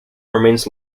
remains